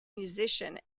musician